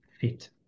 fit